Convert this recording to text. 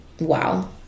Wow